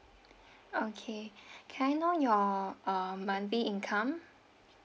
okay can I know your um monthly income